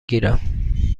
گیرم